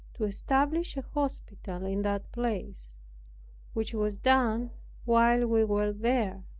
to establish an hospital in that place which was done while we were there.